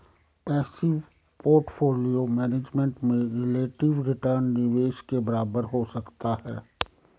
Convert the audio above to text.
passive portfolio management में relative return निवेश के बराबर हो सकता है